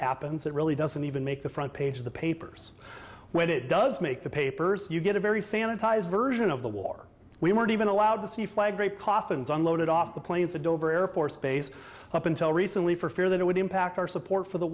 happens it really doesn't even make the front page of the papers when it does make the papers you get a very sanitized version of the war we weren't even allowed to see flag draped coffins unloaded off the planes at dover air force base up until recently for fear that it would impact our support for the